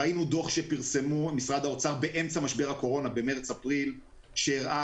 ראינו דוח שפרסם משרד האוצר באמצע משבר הקורונה במארס-אפריל שהראה